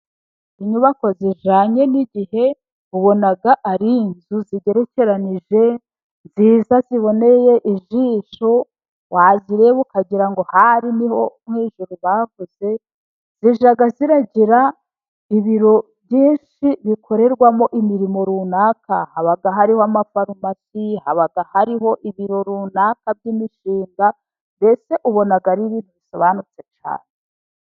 Inyubako zijyanye n'igihe ubona ari inzu zigerekeranije, nziza, ziboneye ijisho, wazireba ukagirango ahari ni ho mu ijuru bavuze. Zijya zigira ibiro byinshi bikorerwamo imirimo runaka, haba hariho amafarumasi, haba hariho ibiro runaka by'imishinga, mbese ubona aribiro bidasobanutse cyane.